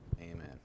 Amen